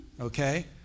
okay